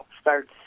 starts